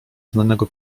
znanego